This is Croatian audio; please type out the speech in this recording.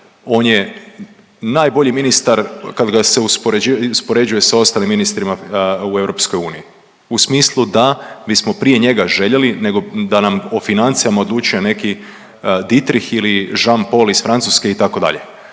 on je najbolji ministar, kad ga se uspoređuje s ostalim ministrima u EU u smislu da bismo prije njega željeli nego da nam o financijama odlučuje neki Dietrich ili Jean Paul iz Francuske, itd.